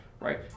Right